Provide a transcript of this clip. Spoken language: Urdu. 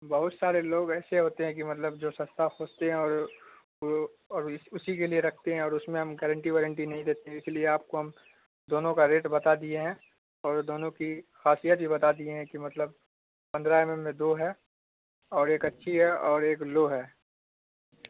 بہت سارے لوگ ایسے ہوتے ہیں کہ مطلب جو سستا کھوجتے ہیں اور وہ اسی کے لیے رکھتے ہیں اور اس میں ہم گارنٹی وارنٹی نہیں دیتے ہیں اس لیے آپ کو ہم دونوں کا ریٹ بتا دیے ہیں اور دونوں کی خاصیت بھی بتا دیے ہیں کہ مطلب پندرہ ایم ایم میں دو ہے اور ایک اچھی ہے اور ایک لو ہے